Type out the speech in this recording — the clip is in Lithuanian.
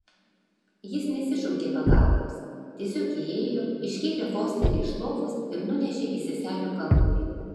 jis nesišaukė pagalbos tiesiog įėjo iškėlė fosterį iš lovos ir nunešė į seselių kambarį